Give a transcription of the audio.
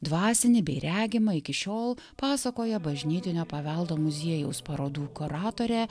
dvasinį bei regimą iki šiol pasakoja bažnytinio paveldo muziejaus parodų kuratorė